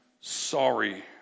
sorry